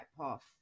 path